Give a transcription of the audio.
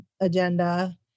agenda